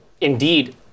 Indeed